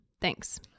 Thanks